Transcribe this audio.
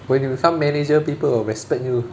when you become manager people will respect you